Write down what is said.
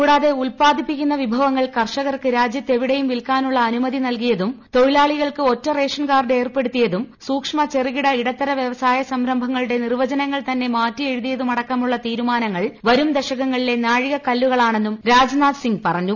കൂടാതെ ഉല്പാദിപ്പിക്കുന്ന വിഭവങ്ങൾ കർഷകർക്ക് രാജ്യത്തെവിടെയും വിൽക്കാന്മൂള്ള് അനുമതി നൽകിയതും തൊഴിലാളികൾക്ക് ഒറ്റ റ്റേഷൻ കാർഡ് ഏർപ്പെടുത്തിയതും സൂക്ഷ്മ ചെറുകിട ഇടത്തരി വ്യവസായ സംരംഭങ്ങളുടെ നിർവചനങ്ങൾ തന്നെ മ്മാറ്റീർയെഴുതിയുമടക്കമുള്ള തീരുമാനങ്ങൾ വരും ദശകങ്ങളിലെ ന്ട്രികകല്പുകളാകുമെന്നും രാജ്നാഥ് സിംഗ് പറഞ്ഞു